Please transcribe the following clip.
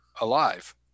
alive